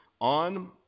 on